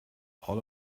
all